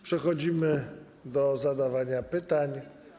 Przechodzimy do zadawania pytań.